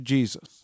Jesus